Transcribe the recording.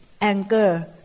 anger